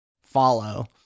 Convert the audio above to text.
follow